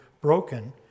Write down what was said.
broken